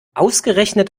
ausgerechnet